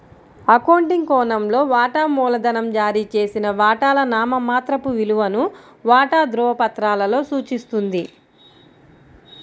accounting కోణంలో, వాటా మూలధనం జారీ చేసిన వాటాల నామమాత్రపు విలువను వాటా ధృవపత్రాలలో సూచిస్తుంది